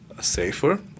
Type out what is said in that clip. safer